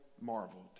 marveled